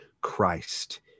Christ